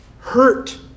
hurt